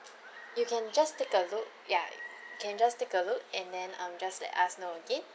you can just take a look ya can just take a look and then um just let us know okay